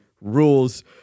rules